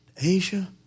Asia